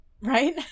right